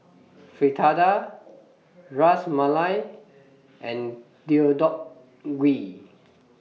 Fritada Ras Malai and Deodeok Gui